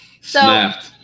Snapped